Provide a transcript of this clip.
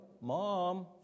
Mom